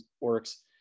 works